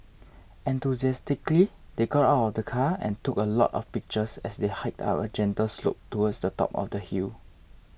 enthusiastically they got out of the car and took a lot of pictures as they hiked up a gentle slope towards the top of the hill